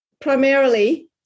primarily